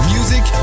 Music